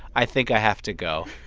i think i have to go